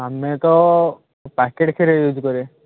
ଆମେ ତ ପ୍ୟାକେଟ୍ କ୍ଷୀର ୟୁଜ୍ କରେ